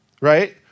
right